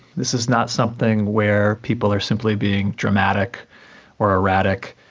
this is not something where people are simply being dramatic or erratic,